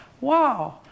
wow